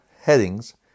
headings